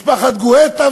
משפחת גואטה,